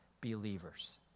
believers